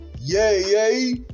Yay